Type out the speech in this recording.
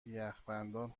یخبندان